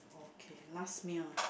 okay last meal ah